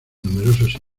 numerosos